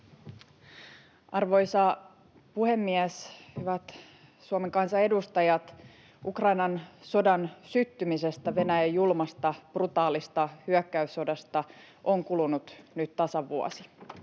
Arvoisa puhemies! Hyvät Suomen kansan edustajat! Ukrainan sodan syttymisestä, Venäjän julmasta, brutaalista hyökkäyssodasta, on kulunut nyt tasan vuosi.